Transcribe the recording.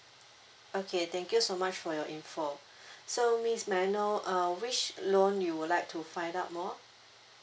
okay thank you so much for your info so miss may I know uh which loan you would like to find out more